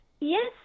Yes